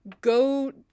Go